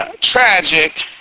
tragic